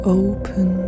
open